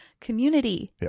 Community